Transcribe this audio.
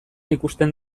ikusten